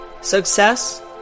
success